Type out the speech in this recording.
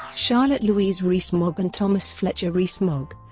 ah charlotte louise rees-mogg and thomas fletcher rees-mogg,